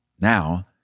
Now